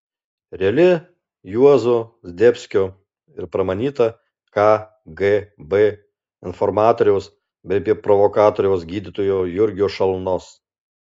reali juozo zdebskio ir pramanyta kgb informatoriaus bei provokatoriaus gydytojo jurgio šalnos